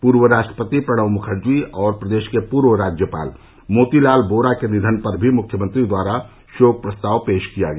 पूर्व राष्ट्रपति प्रणब मुखर्जी और प्रदेश के पूर्व राज्यपाल मोती लाल बोरा के निधन पर भी मुख्यमंत्री द्वारा शोक प्रस्ताव पेश किया गया